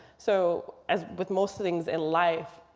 so as with most things in life,